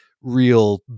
real